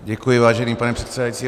Děkuji, vážený pane předsedající.